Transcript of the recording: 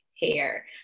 hair